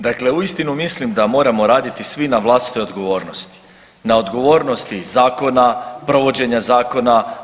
Dakle, uistinu mislim da moramo raditi svi na vlastitoj odgovornosti, na odgovornosti zakona, provođenja zakona.